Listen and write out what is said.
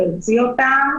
להוציא אותם,